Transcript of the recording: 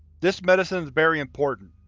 this medicine is very important,